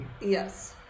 yes